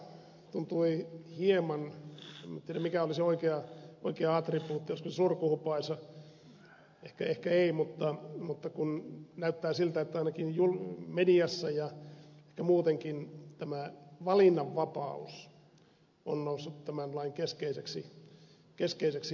on samalla tavalla en nyt tiedä mikä olisi oikea attribuutti olisiko surkuhupaisa ehkä ei mutta kun näyttää siltä että ainakin mediassa ja ehkä muutenkin valinnanvapaus on noussut tämän lain keskeiseksi anniksi